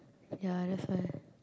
ya that's why